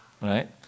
right